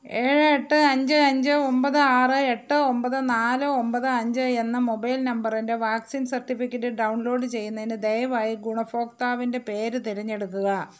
ഏഴ് എട്ട് അഞ്ച് അഞ്ച് ഒൻപത് ആറ് എട്ട് ഒൻപത് നാല് ഒൻപത് അഞ്ച് എന്ന മൊബൈൽ നമ്പറിൻ്റെ വാക്സിൻ സർട്ടിഫിക്കറ്റ് ഡൗൺ ലോഡ് ചെയ്യുന്നതിനു ദയവായി ഗുണഭോക്താവിൻ്റെ പേര് തിരഞ്ഞെടുക്കുക